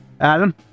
Adam